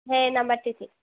হ্যাঁ এই নাম্বারটিতে